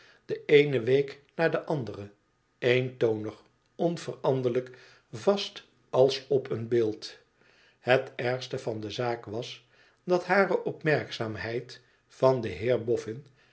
de eene week na de andere eentonig onveranderlijk vast als op een beeld het ergste van de zaak was dat hare opmerkzaamheid van den